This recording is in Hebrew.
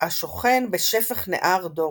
השוכן בשפך נהר דורו,